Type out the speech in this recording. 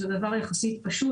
זה דבר שהוא יחסית פשוט.